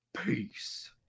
peace